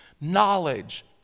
knowledge